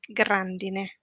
grandine